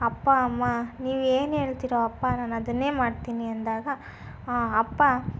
ಅಪ್ಪ ಅಮ್ಮ ನೀವು ಏನು ಹೇಳ್ತಿರೋ ಅಪ್ಪ ನಾನು ಅದನ್ನೇ ಮಾಡ್ತೀನಿ ಅಂದಾಗ ಅಪ್ಪ